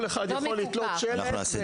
כל אחד יכול לתלות שלט.